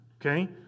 okay